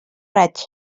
raig